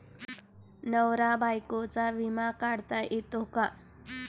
नवरा बायकोचा विमा काढता येतो का?